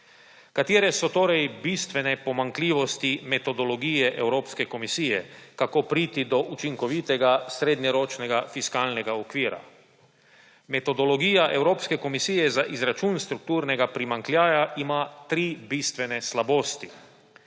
Katere so torej bistvene pomanjkljivosti metodologije Evropske komisije? Kako priti do učinkovitega srednjeročnega fiskalnega odkriva? Metodologija Evropske komisije za izračun strukturnega primanjkljaja ima tri bistvene slabosti.